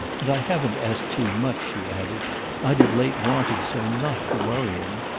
and i haven't asked too much, she added i've of late wanted so not to worry him.